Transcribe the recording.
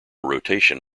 rotation